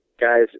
guys